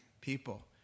people